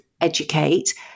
educate